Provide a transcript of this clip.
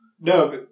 No